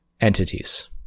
entities